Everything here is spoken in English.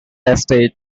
estate